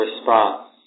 response